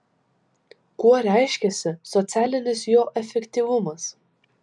kuo reiškiasi socialinis jo efektyvumas